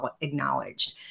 acknowledged